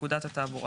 לפקודת התעבורה